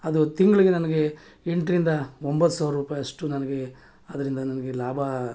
ಅದು ತಿಂಗಳಿಗೆ ನನಗೆ ಎಂಟರಿಂದ ಒಂಬತ್ತು ಸಾವಿರ ರೂಪಯಿ ಅಷ್ಟು ನನಗೆ ಅದರಿಂದ ನನಗೆ ಲಾಭ